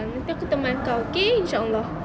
nanti aku teman kau okay inshaa allah